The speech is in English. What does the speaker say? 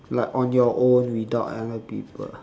like on your own without other people